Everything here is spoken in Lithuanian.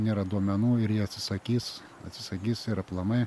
nėra duomenų ir jie atsisakys atsisakys ir aplamai